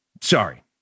Sorry